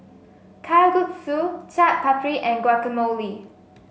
Kalguksu Chaat Papri and Guacamole